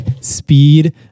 speed